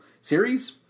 series